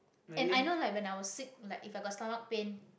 and i know like when i was sick like if i got stomach pain